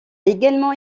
également